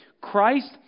Christ